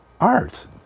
art